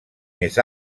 més